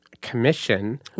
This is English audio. commission